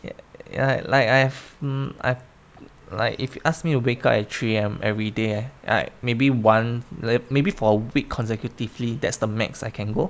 like like I have um I like if you ask me to wake up at three A_M everyday I maybe one le~ maybe for a week consecutively that's the max I can go